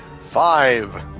Five